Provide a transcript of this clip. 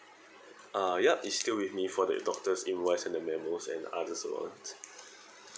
uh ya its still with me for the doctors invoice and the memos and others